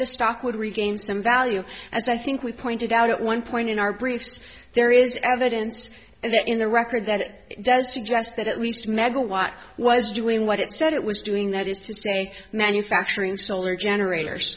the stock would regain some value as i think we pointed out at one point in our briefs there is evidence and that in the record that it does suggest that at least megawatt was doing what it said it was doing that is to say manufacturing solar generators